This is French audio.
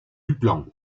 duplan